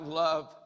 love